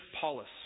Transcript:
Paulus